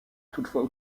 toutefois